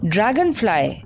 Dragonfly